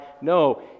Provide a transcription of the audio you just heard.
No